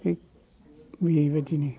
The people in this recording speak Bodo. बेबायदिनो